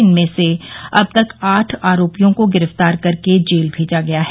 इनमें से अब तक आठ आरोपियों को गिरफ्तार करके जेल भेजा गया है